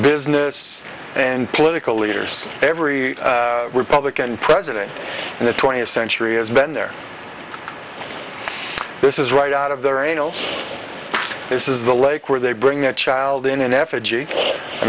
business and political leaders every republican president in the twentieth century has been there this is right out of their angels this is the lake where they bring the child in an effigy i